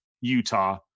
Utah